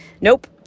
Nope